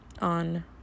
On